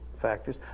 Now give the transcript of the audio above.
factors